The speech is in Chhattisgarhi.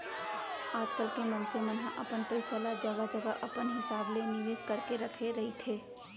आजकल के मनसे मन ह अपन पइसा ल जघा जघा अपन हिसाब ले निवेस करके रखे रहिथे